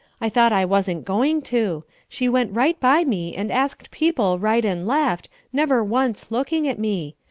i thought i wasn't going to. she went right by me and asked people right and left, never once looking at me.